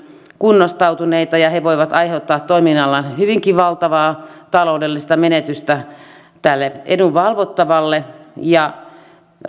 kunnostautuneita ja he voivat aiheuttaa toiminnallaan hyvinkin valtavaa taloudellista menetystä edunvalvottavalle